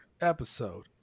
episode